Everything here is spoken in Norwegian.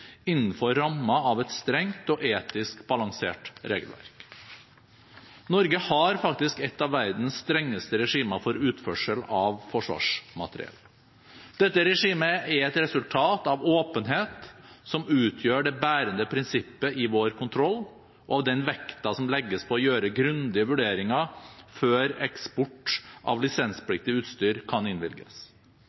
innenfor rammen av et strengt og etisk balansert regelverk. Norge har faktisk et av verdens strengeste regimer for utførsel av forsvarsmateriell. Dette regimet er et resultat av åpenheten som utgjør det bærende prinsippet i vår kontroll, og av den vekten som legges på å gjøre grundige vurderinger før eksport av lisenspliktig utstyr kan innvilges.